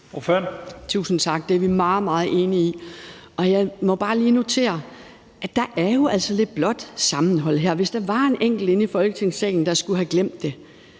Tusind tak. Det er vi meget, meget enige i. Jeg må bare lige notere, at der jo altså er lidt blåt sammenhold her. Hvis der var en enkelt inde i Folketingssalen, der skulle have glemt det,